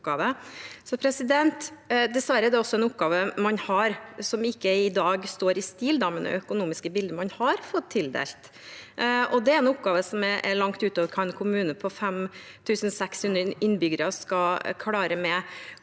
Dessverre er det også en oppgave man har som i dag ikke står i stil med de økonomiske midlene man har fått tildelt. Det er en oppgave som går langt utover hva en kommune på 5 600 innbyggere skal klare å